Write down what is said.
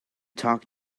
talk